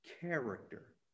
character